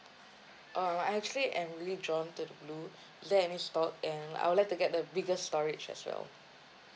uh I actually am really drawn to the blue is there any stock and I would like to get the bigger storage as well